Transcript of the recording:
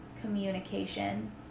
communication